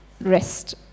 rest